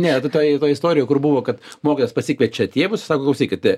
ne toj toj istorijoj kur buvo kad mokijas pasikviečia tėvus klausykite